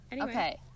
Okay